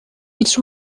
its